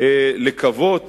לקוות